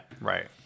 Right